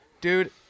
dude